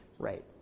right